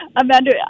Amanda